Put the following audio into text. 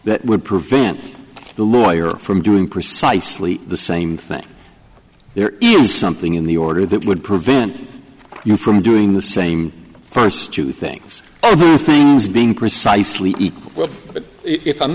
that would prevent the lawyer from doing precisely the same thing there is something in the order that would prevent you from doing the same first two things things being precisely e